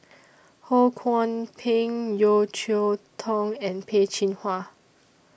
Ho Kwon Ping Yeo Cheow Tong and Peh Chin Hua